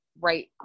right